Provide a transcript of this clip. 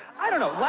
i don't know.